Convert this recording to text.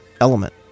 element